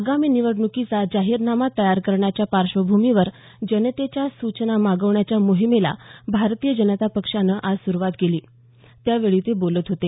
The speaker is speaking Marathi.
आगामी निवडणुकीचा जाहीरनामा तयार करण्याच्या पार्श्वभूमीवर जनतेच्या सूचना मागवण्याच्या मोहिमेला भारतीय जनता पक्षानं आज सुरुवात केली त्यावेळी ते बोलत होते